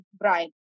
Brian